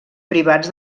privats